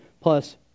plus